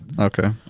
Okay